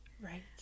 Right